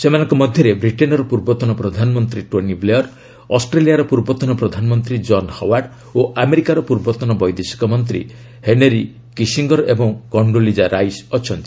ସେମାନଙ୍କ ମଧ୍ୟରେ ବ୍ରିଟେନ୍ର ପୂର୍ବତନ ପ୍ରଧାନମନ୍ତ୍ରୀ ଟୋନି ବ୍ଲେୟର୍ ଅଷ୍ଟ୍ରେଲିଆର ପୂର୍ବତନ ପ୍ରଧାନମନ୍ତ୍ରୀ ଜନ୍ ହାୱାର୍ଡ ଓ ଆମେରିକାର ପୂର୍ବତନ ବୈଦେଶିକ ମନ୍ତ୍ରୀ ହେନେରୀ କିଷଙ୍ଗର ଓ କଣ୍ଡୋଲିଜା ରାଇସ୍ ଅଛନ୍ତି